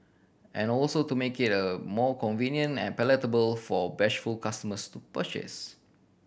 and also to make it a more convenient and palatable for bashful customers to purchase